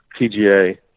PGA